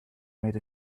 made